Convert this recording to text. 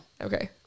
Okay